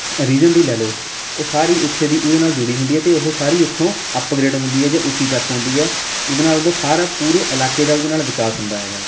reason ਦੀ ਲੈ ਲਉ ਉਹ ਸਾਰੀ ਉੱਥੇ ਦੀ ਉਹਦੇ ਨਾਲ ਜੁੜੀ ਹੁੰਦੀ ਹੈ ਅਤੇ ਉਹ ਸਾਰੀ ਉੱਥੋਂ ਅਪਗਰੇਡ ਹੁੰਦੀ ਹੈ ਜਾਂ ਉੱਚੀ ਚੱਕ ਹੁੰਦੀ ਹੈ ਉਹਦੇ ਨਾਲ ਉਹਦਾ ਸਾਰਾ ਪੂਰੇ ਇਲਾਕੇ ਦਾ ਉਹਦੇ ਨਾਲ ਵਿਕਾਸ ਹੁੰਦਾ ਹੈਗਾ ਹੈ